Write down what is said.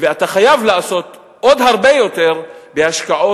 ואתה חייב לעשות עוד הרבה יותר בהשקעות